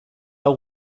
hau